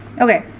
okay